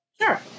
Sure